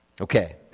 Okay